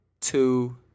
two